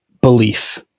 belief